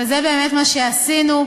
וזה באמת מה שעשינו.